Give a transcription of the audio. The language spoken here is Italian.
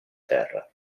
terra